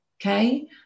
Okay